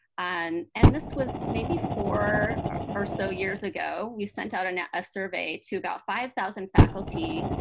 and and this was maybe four or so years ago, we sent out and a survey to about five thousand faculty